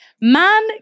Man